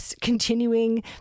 continuing